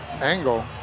angle